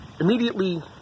Immediately